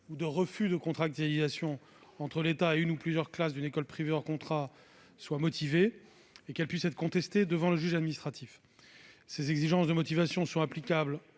de refus de contractualisation entre l'État et une ou plusieurs classes d'une école privée hors contrat soient motivées et qu'elles puissent être contestées devant le juge administratif. Ces exigences de motivation sont applicables